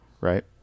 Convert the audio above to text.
right